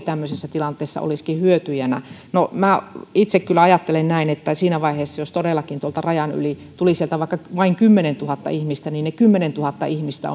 tämmöisessä tilanteessa olisikin hyötyjänä no itse kyllä ajattelen että siinä vaiheessa jos todellakin tuolta rajan yli tulisi vaikka vain kymmenentuhatta ihmistä ne kymmenentuhatta ihmistä